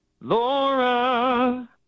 Laura